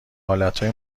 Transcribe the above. حالتهای